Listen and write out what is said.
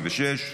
66,